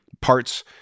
parts